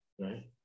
Right